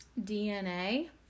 DNA